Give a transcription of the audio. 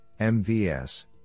MVS